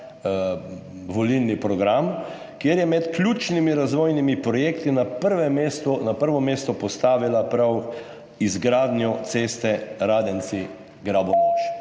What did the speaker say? volilni program, kjer je med ključnimi razvojnimi projekti na prvo mesto postavila prav izgradnjo ceste Radenci–Grabonoš.